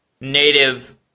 native